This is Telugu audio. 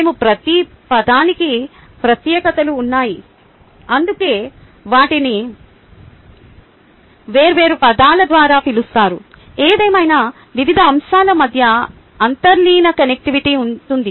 మేము ప్రతి పదానికి ప్రత్యేకతలు ఉంటాయి అందుకే వాటిని వేర్వేరు పదాల ద్వారా పిలుస్తారు ఏదేమైనా వివిధ అంశాల మధ్య అంతర్లీన కనెక్టివిటీ ఉంటుంది